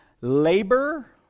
labor